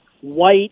white